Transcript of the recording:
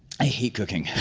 i hate cooking,